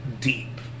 deep